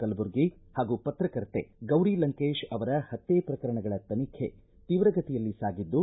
ಕಲಬುರ್ಗಿ ಹಾಗೂ ಪತ್ರಕರ್ತೆ ಗೌರಿ ಲಂಕೇಶ್ ಅವರ ಹತ್ಯೆ ಪ್ರಕರಣಗಳ ತನಿಖೆ ತೀವ್ರಗತಿಯಲ್ಲಿ ಸಾಗಿದ್ದು